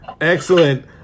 Excellent